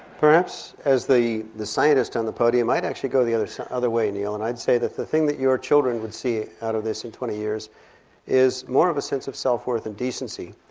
perhaps as the the scientist on the podium i'd actually go the other so other way, niall, and i'd say that the thing that your children would see out of this in twenty years is more of a sense of self worth and decency,